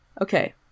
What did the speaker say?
Okay